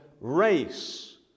race